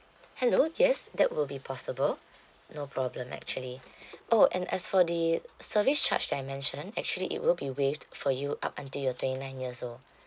hello yes that will be possible no problem actually oh and as for the service charge that I mentioned actually it will be waived for you up until you're twenty nine years old